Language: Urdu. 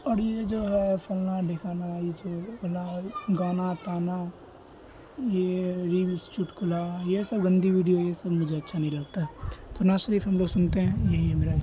اور یہ جو ہے فلنا ڈھکانا یہ چیز فلاں اور گانا تانا یہ ریلس چٹکلہ یہ سب گندی ویڈیو یہ سب مجھے اچھا نہیں لگتا ہے تو نعت شریف ہم لوگ سنتے ہیں یہی ہے میرا